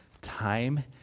time